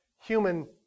human